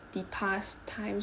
the past times